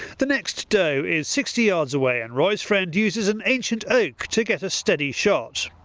the next doe is sixty yards away and roy's friend uses an ancient oak to get a steady shot.